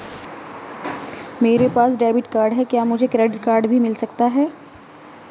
मेरे पास debit card है क्या मुझे क्रेडिट कार्ड भी मिल सकता है?